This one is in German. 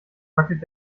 wackelt